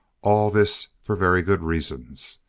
all this for very good reasons.